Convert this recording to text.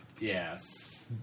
yes